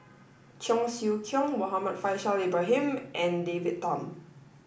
Cheong Siew Keong Muhammad Faishal Ibrahim and David Tham